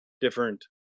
different –